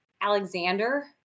Alexander